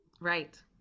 Right